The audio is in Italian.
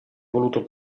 voluto